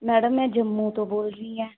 madam ਮੈਂ ਜੰਮੂ ਤੋਂ ਬੋਲ ਰਹੀ ਹਾਂ